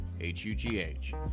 H-U-G-H